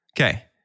Okay